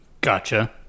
Gotcha